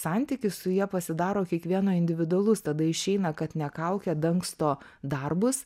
santykis su ja pasidaro kiekvieno individualus tada išeina kad ne kaukė dangsto darbus